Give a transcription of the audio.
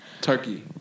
Turkey